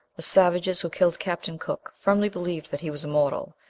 the savages who killed captain cook firmly believed that he was immortal,